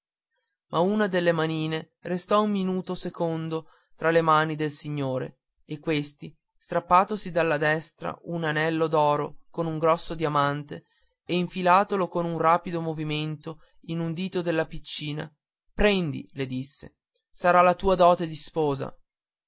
delle due manine restò un minuto secondo tra le mani del signore e questi strappatosi dalla destra un anello d'oro con un grosso diamante e infilatolo con un rapido movimento in un dito della piccina prendi le disse sarà la tua dote di sposa